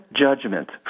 judgment